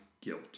Guilt